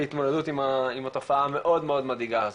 להתמודדות עם התופעה המאוד מאוד מדאיגה הזאת.